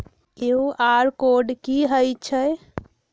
QR code कि हई छई?